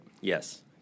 Yes